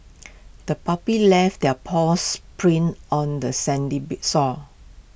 the puppy left their paws prints on the sandy be sore